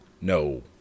No